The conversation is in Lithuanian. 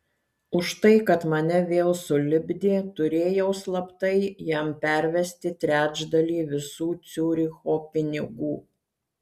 už tai kad mane vėl sulipdė turėjau slaptai jam pervesti trečdalį visų ciuricho pinigų